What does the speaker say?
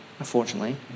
unfortunately